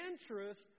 interest